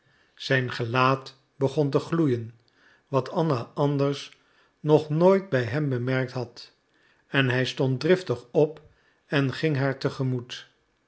zijn gelaat begon te gloeien wat anna anders nog nooit bij hem bemerkt had en hij stond driftig op en ging haar